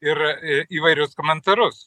ir įvairius komentarus